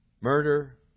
Murder